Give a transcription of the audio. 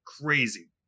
crazy